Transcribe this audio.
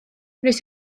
wnes